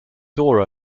door